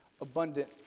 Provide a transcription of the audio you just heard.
abundant